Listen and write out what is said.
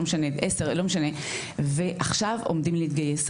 ועכשיו עומדים להתגייס.